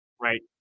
right